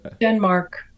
Denmark